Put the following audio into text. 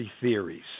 theories